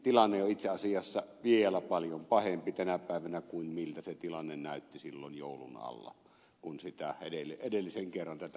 tilanne on itse asiassa vielä paljon pahempi tänä päivänä kuin miltä se tilanne näytti silloin joulun alla kun edellisen kerran tätä lainsäädäntöä luotiin